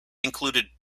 included